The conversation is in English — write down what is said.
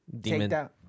takedown